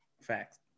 facts